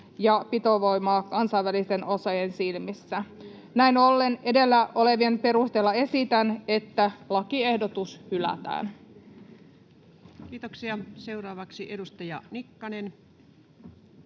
ja pitovoimaa kansainvälisten osaajien silmissä. Näin ollen edellä olevan perusteella esitän, että lakiehdotus hylätään. Kiitoksia. — Seuraavaksi edustaja Nikkanen.